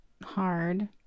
Hard